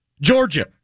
Georgia